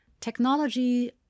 Technology